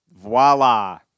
voila